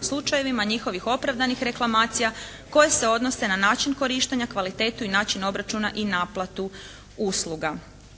slučajevima njihovih opravdanih reklamacija koje se odnose na način korištenja, kvalitetu i način obračuna i naplatu usluga.